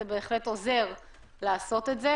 זאת משום שבאמת המעורבות הממשלתית והכניסה לפרטיות היא בעייתית,